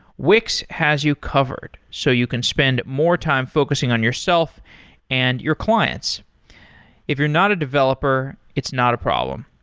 wix has you covered, so you can spend more time focusing on yourself and your clients if you're not a developer, it's not a problem.